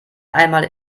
einmal